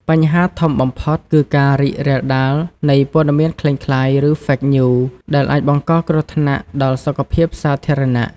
បញ្ហាធំបំផុតគឺការរីករាលដាលនៃព័ត៌មានក្លែងក្លាយ ឬ Fake News ដែលអាចបង្កគ្រោះថ្នាក់ដល់សុខភាពសាធារណៈ។